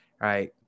right